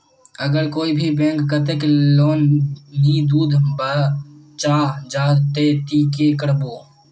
अगर कोई भी बैंक कतेक लोन नी दूध बा चाँ जाहा ते ती की करबो?